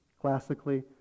Classically